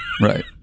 right